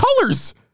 colors